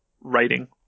writing